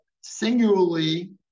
singularly